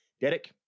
Derek